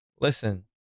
Listen